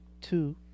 Two